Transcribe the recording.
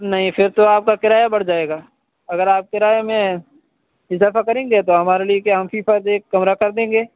نہیں پھر تو آپ کا کرایہ بڑھ جائے گا اگر آپ کرایہ میں اضافہ کریں گے تو ہمارے لیے کیا ہم فی فرد ایک کمرہ کر دیں گے